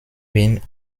wien